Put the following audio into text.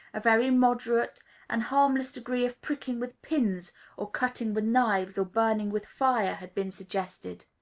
a very moderate and harmless degree of pricking with pins or cutting with knives or burning with fire had been suggested.